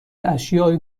اشیاء